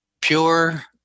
pure